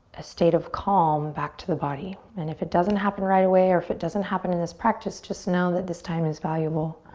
a state of calm back to the body. and if it doesn't happen right away or if it doesn't happen in this practice just now that this time is valuable.